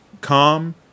calm